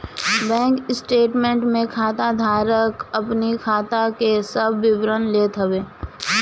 bank statement में खाता धारक अपनी खाता के सब विवरण लेत हवे